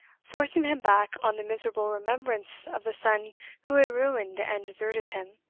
forcing him back on the miserable remembrance of the son who had ruined and deserted him.